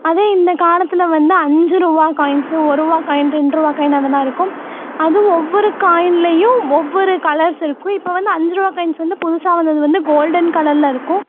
அதே இந்த காலத்தில் வந்து அஞ்சு ருபா காயின்ஸு ஒருபா காயின் ரெண்டு ருபா காயின் அதெல்லாம் இருக்கும் அதும் ஒவ்வொரு காயின்லையும் ஒவ்வொரு கலர்ஸ் இருக்கும் இப்போ வந்து அஞ்சு ருபா காயின்ஸ் வந்து புதுசாக வந்தது வந்து கோல்டன் கலரில் இருக்கும்